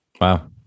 Wow